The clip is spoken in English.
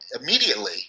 immediately